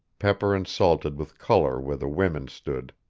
pepper-and-salted with color where the women stood.